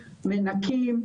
מנקים,